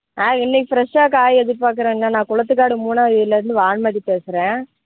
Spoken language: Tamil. ஆ இன்னைக்கு ஃப்ரெஷ்ஷாக காய் எதிர்பாக்கறங்கணா நான் குளத்துக்காடு மூணாவது வீட்ல இருந்து வான்மதி பேசுறேன்